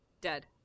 Dead